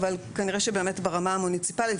אבל כנראה שבאמת ברמה המוניציפלית,